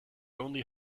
only